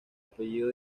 apellido